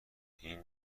این